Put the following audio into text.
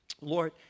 Lord